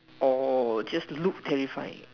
orh just to look terrifying